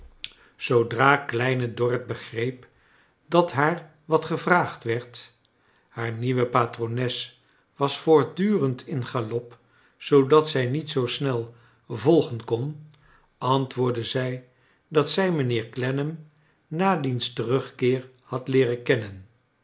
zoodra kleine dorrit begreep dat haar wat gevraagd werd haar nieuwe patrones was voortdurend in galop zoodat zij niet zoo snel volgen kon antwoordde zij dat zij mijnheer clennam na diens terugkeer had leeren kennen